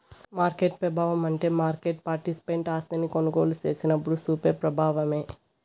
market పెబావమంటే market participant ఆస్తిని కొనుగోలు సేసినప్పుడు సూపే ప్రబావమే